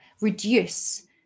reduce